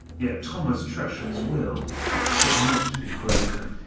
yet thomas tresham's will could not be broken